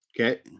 okay